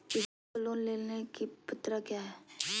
किसान को लोन लेने की पत्रा क्या है?